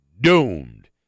doomed